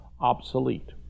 obsolete